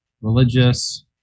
religious